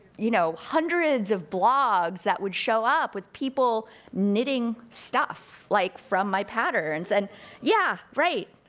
you know, hundreds of blogs that would show up with people knitting stuff, like from my patterns. and yeah, right!